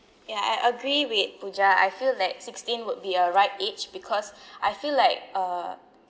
ya I agree with puja I feel like sixteen would be a right age because I feel like uh